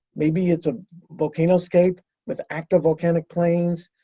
maybe it's a volcano scape with active volcanic plains,